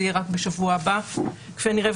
זה יהיה רק בשבוע הבא, כנראה.